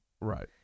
Right